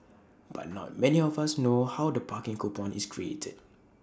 but not many of us know how the parking coupon is created